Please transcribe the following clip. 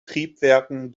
triebwerken